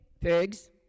Pigs